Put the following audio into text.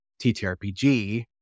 TTRPG